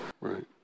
Right